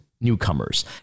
newcomers